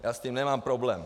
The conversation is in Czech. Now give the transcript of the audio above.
Já s tím nemám problém.